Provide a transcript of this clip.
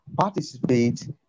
participate